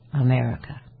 America